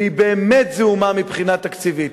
והיא באמת זעומה מבחינה תקציבית.